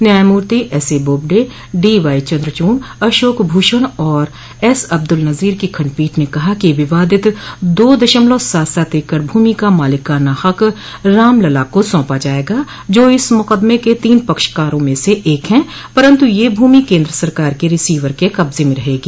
न्यायमूर्ति S A Bobde D Y Chandrachud Ashok Bhushan और S Abdul Nazeer की खंड पीठ ने कहा कि विवादित दो दशमलव सात सात एकड़ भूमि का मालिकाना हक रामलला को सौंपा जाएगा जो इस मुकदमे के तीन पक्षकारों में से एक है पंरतु यह भूमि केंद्र सरकार के रिसीवर के कब्जे में रहेगी